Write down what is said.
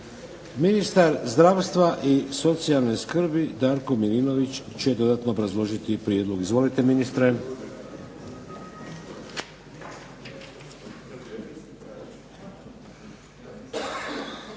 Ministar zdravstva i socijalne skrbi Darko Milinović će dodatno obrazložiti prijedlog. Izvolite ministre.